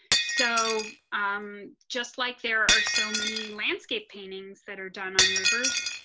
so i'm just like, there are so many landscape paintings that are done on reverse